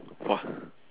!wah!